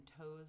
toes